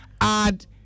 add